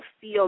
feel